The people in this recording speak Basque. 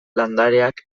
landareak